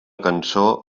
cançó